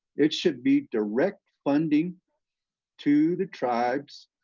it should be direct-funding, to the tribes,